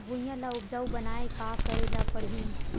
भुइयां ल उपजाऊ बनाये का करे ल पड़ही?